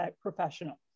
professional